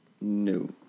No